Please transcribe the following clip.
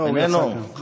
איננו.